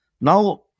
Now